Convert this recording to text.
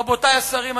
רבותי השרים,